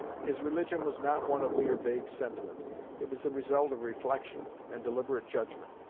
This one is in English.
his religion was not one of mere vague sentiment it was the result of reflection and deliberate judgment.